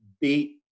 beat